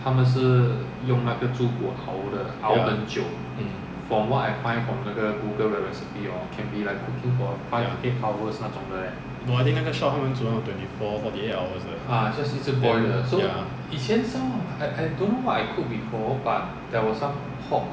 ya mm ya !wah! then 那个 shop 他们煮那种 twenty four forty eight hours 的 then ya